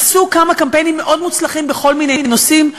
עשו כמה קמפיינים מאוד מוצלחים בכל מיני נושאים.